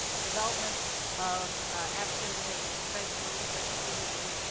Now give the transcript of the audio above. development of african-american professionals, deborah peterson,